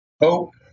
hope